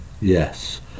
yes